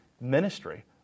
ministry